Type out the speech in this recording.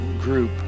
group